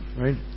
right